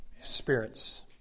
spirits